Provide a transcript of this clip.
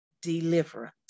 deliverance